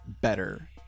better